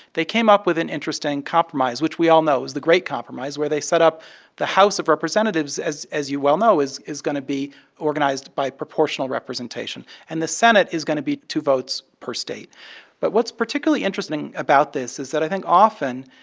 they came up with an interesting compromise, which we all know is the great compromise, where they set up the house of representatives, as as you well know, is is going to be organized by proportional representation, and the senate is going to be two votes per state but what's particularly interesting about this is that i think often,